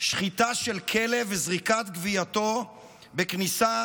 שחיטה של כלב וזריקת גווייתו בכניסה